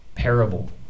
parable